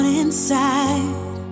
inside